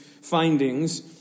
findings